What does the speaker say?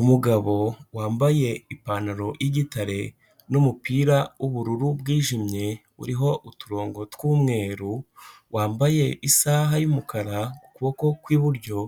Umugabo wambaye ipantaro y'igitare n'umupira w'ubururu bwijimye, uriho uturongo tw'umweru, wambaye isaha y'umukara ku kuboko kw'iburyo,